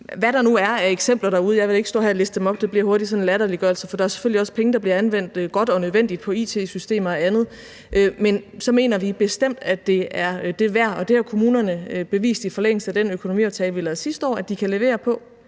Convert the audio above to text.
hvad der nu er af eksempler derude? Jeg vil ikke stå her og liste dem op, det bliver hurtigt sådan en latterliggørelse, for der er selvfølgelig også penge, der bliver anvendt godt og nødvendigt på it-systemer og andet. Men vi mener bestemt, at det er det værd, og kommunerne har vist i forlængelse af den økonomiaftale, vi lavede sidste år, at de kan levere på